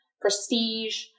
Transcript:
prestige